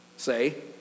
Say